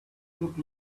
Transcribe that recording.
look